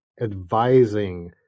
advising